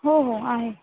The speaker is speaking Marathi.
हो हो आहे